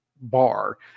bar